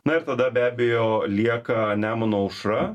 na ir tada be abejo lieka nemuno aušra